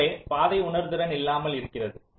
எனவே பாதை உணர்திறன் இல்லாமல் இருக்கிறது